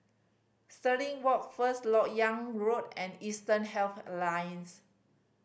Stirling Walk First Lok Yang Road and Eastern Health Alliance